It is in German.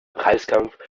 preiskampf